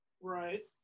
Right